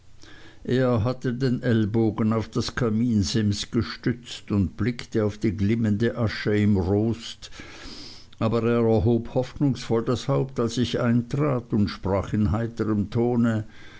er hatte den ellbogen auf das kaminsims gestützt und blickte auf die glimmende asche im rost aber er erhob hoffnungsvoll das haupt als ich eintrat und sprach in heiterm tone